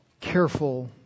careful